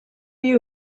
you